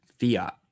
fiat